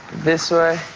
this way.